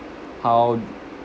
how